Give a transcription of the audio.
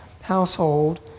household